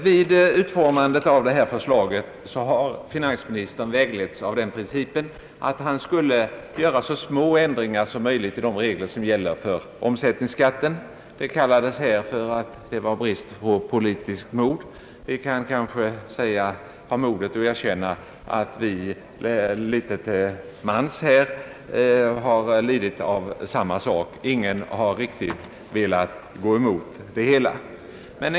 Vid utformandet av detta förslag har finansministern vägletts av den principen att han skulle göra så små ändringar som möjligt i de regler som gäller för omsättningsskatten. Det kallades av någon för en brist på politiskt mod. Vi kan kanske ha mod att erkänna att vi litet var har lidit av samma brist. Ingen har velat gå mera radikalt fram.